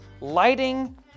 lighting